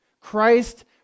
Christ